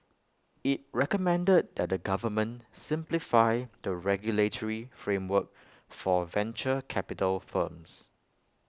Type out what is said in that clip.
IT recommended that the government simplify the regulatory framework for venture capital firms